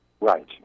Right